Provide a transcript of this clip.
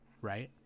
right